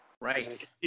Right